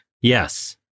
Yes